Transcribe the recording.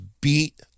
beat